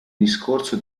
discorso